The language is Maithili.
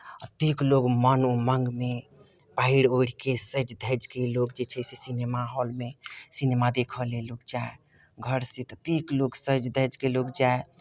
एतेक लोक मन उमङ्गमे पहिर ओढ़ि कऽ सजि धजि कऽ लोक जे छै से सिनेमा हॉलमे सिनेमा देखय लेल लोक जाय घरसँ ततेक लोक सजि धजि कऽ लोक जाय